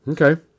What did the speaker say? Okay